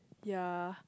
ya